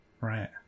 Right